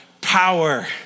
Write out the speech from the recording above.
power